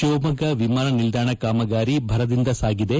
ಶಿವಮೊಗ್ಗ ವಿಮಾನ ನಿಲ್ದಾಣ ಕಾಮಗಾರಿ ಭರದಿಂದ ಸಾಗಿದೆ